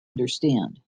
understand